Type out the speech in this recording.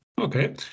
Okay